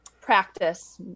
practice